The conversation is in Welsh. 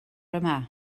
yma